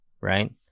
right